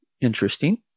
interesting